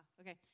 Okay